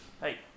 hey